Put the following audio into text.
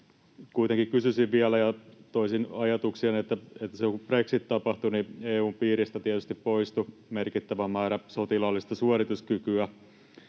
kuitenkin kysyisin vielä ja toisin ajatuksiani, että silloin kun brexit tapahtui, niin EU:n piiristä tietysti poistui merkittävä määrä sotilaallista suorituskykyä.